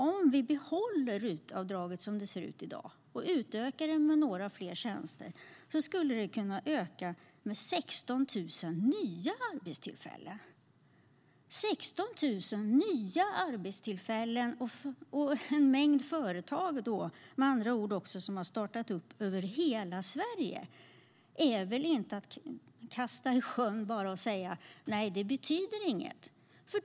Om vi behåller RUT-avdraget som det ser ut i dag och utökar det med några fler tjänster skulle det enligt beräkningar från Svenskt Näringsliv kunna tillkomma 16 000 nya arbetstillfällen till år 2020. Med andra ord skulle en mängd företag starta över hela Sverige. Man ska väl inte kasta 16 000 nya arbetstillfällen i sjön och säga att de inget betyder?